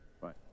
Right